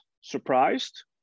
surprised